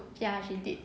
ya she did